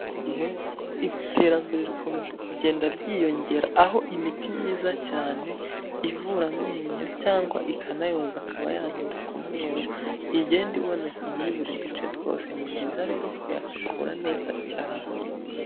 Muri iki gihe iterambere rikomeje kugenda ryiyongera aho imiti myiza cyane ivura amenyo cyangwa ikanayoza akaba yahinduka umweru, igenda iboneka muri buri duce twose. Ni byiza rero kuyasukura neza cyane.